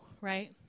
right